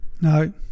No